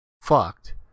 fucked